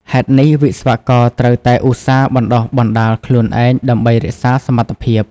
ហេតុនេះវិស្វករត្រូវតែឧស្សាហ៍បណ្តុះបណ្តាលខ្លួនឯងដើម្បីរក្សាសមត្ថភាព។